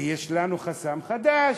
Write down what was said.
ויש לנו חסם חדש,